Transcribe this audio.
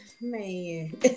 man